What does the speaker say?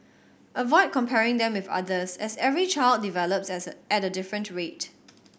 avoid comparing them with others as every child develops as a at a different rate